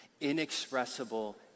Inexpressible